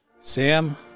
Sam